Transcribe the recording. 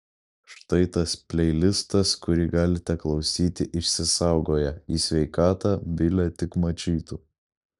štai tas pleilistas kurį galite klausyti išsisaugoję į sveikatą bile tik mačytų